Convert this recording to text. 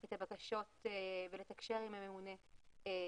את הבקשות ולתקשר עם הממונה דרכה.